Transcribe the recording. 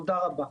תודה רבה.